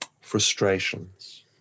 frustrations